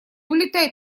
улетай